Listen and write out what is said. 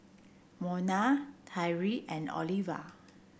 Mona Tyree and Oliva